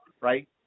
right